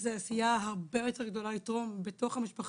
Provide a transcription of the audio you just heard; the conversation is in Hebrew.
זו עשייה הרבה יותר גדולה לתרום בתוך המשפחה.